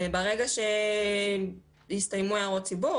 ברגע שיסתיימו הערות הציבור,